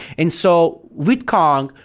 and so with kong,